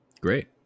Great